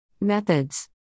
Methods